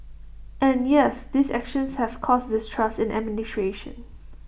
and yes these actions have caused this distrust in administration